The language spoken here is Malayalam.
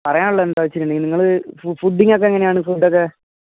പറയാനുള്ളതെന്താണെന്നു വച്ചയിഞ്ഞാല് നിങ്ങള് ഫുഡിങ്ങോക്കെ എങ്ങനെയാണ് ഫുഡൊക്കെ